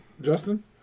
Justin